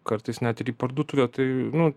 kartais net ir į parduotuvę tai nu